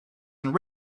and